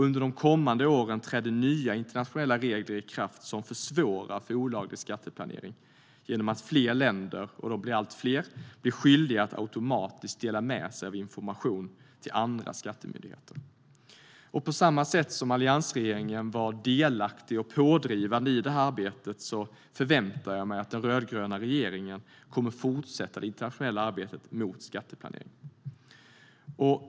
Under de kommande åren träder nya internationella regler i kraft som försvårar olaglig skatteplanering genom att fler länder - och de blir allt fler - blir skyldiga att automatiskt dela med sig av information till andra skattemyndigheter. Alliansregeringen var delaktig och pådrivande i det här arbetet, och jag förväntar mig att den rödgröna regeringen kommer att fortsätta det internationella arbetet mot skatteplanering på samma sätt.